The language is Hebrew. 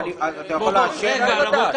סליחה רגע.